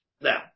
Now